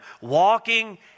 walking